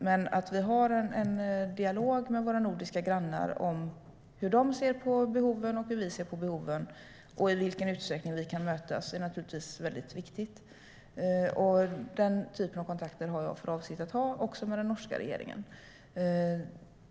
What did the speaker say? Men att vi har en dialog med våra nordiska grannar om hur de ser på behoven, hur vi ser på behoven och i vilken utsträckning vi kan mötas är naturligtvis väldigt viktigt. Den typen av kontakter har jag för avsikt att ha också med den norska regeringen.